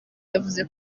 yavuze